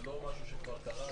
זה לא משהו שכבר קרה.